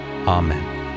Amen